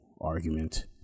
argument